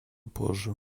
позже